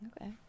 Okay